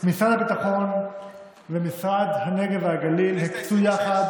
משרד הביטחון ומשרד הנגב והגליל הקצו יחד